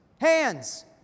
hands